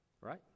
right